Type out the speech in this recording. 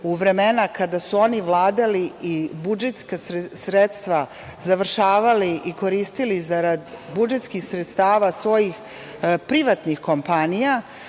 u vremena kada su oni vladali i budžetska sredstva završavali i koristili zarad budžetskih sredstava svojih privatnih kompanije